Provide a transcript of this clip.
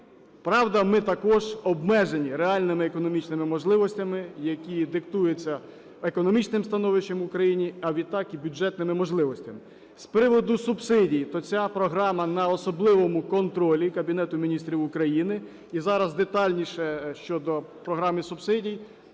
Правда, ми також обмежені реальними економічними можливостями, які диктуються економічним становищем в Україні, а відтак і бюджетними можливостями. З приводу субсидій, то ця програма на особливому контролі Кабінету Міністрів України. І зараз детальніше щодо програми субсидій